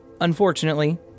Unfortunately